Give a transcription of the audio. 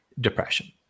depression